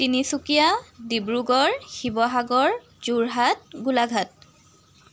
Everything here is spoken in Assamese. তিনিচুকীয়া ডিব্ৰুগড় শিৱসাগৰ যোৰহাট গোলাঘাট